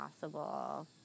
possible